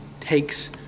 takes